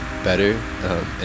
better